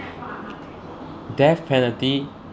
death penalty